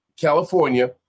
California